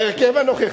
בהרכב הנוכחי,